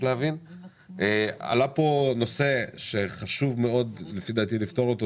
עלה פה נושא שחשוב מאד לפתור אותו,